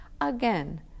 again